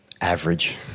Average